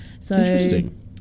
Interesting